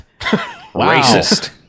Racist